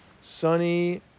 Sunny